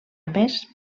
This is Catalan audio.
més